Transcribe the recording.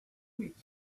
week